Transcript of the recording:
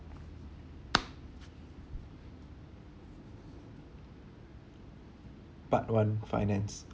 part one finance